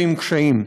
ועם קשיים.